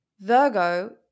Virgo